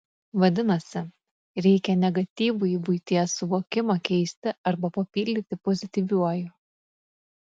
vadinasi reikia negatyvųjį buities suvokimą keisti arba papildyti pozityviuoju